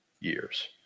years